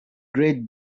great